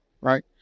right